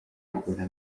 kubara